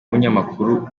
umunyamakuru